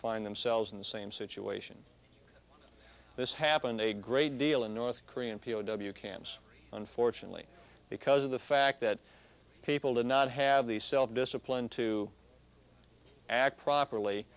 find themselves in the same situation this happened a great deal in north korean p o w cambs unfortunately because of the fact that people did not have the self discipline to act properly